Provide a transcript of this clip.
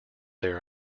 their